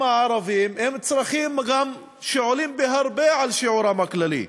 הערביים הם צרכים שעולים בהרבה על שיעורם הכללי.